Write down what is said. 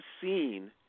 seen